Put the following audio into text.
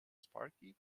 sparky